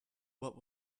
what